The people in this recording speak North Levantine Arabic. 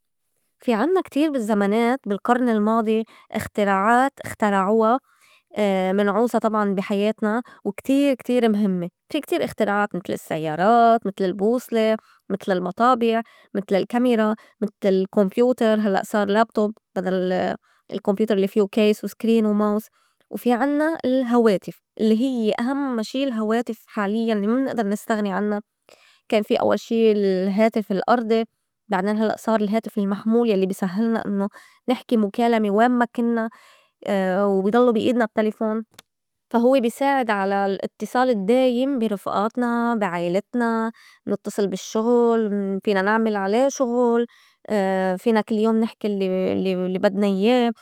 في عنّا كتير بالزّمنات بالقرن الماضي اختراعات اخترعوا منعوزا طبعاً بي حياتنا وكتير- كتير مهمّة. في كتير اختراعات متل السيّارات، متل البوصلة، متل المطابع، متل الكاميرا، متل الكمبيوتر هلّأ صار laptop بدل ال- الكمبيوتر الّي فيو case و screen و mouse. وفي عنّا الهواتف الّي هيّ أهمّا شي الهواتف حاليّاً يلّي ما منقدر نستغني عنّا كان في أوّل شي الهاتف الأرضي، بعدين هلّأ صار الهاتف المحمول يلّي بِسهّلنا إنّو نحكي مُكالمة وين ما كنّا وبي ضلوا بي إيدنا التليفون. فا هوّ بي ساعد على الاتصال الدّايم بي رفئاتنا، بي عيلتنا، نتّصل بالشُّغل، فينا نعمل عليه شُغُل، فينا كل يوم نحكي الّي- الّي بدنا يا.